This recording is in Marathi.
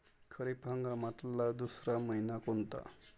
खरीप हंगामातला दुसरा मइना कोनता?